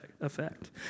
effect